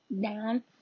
down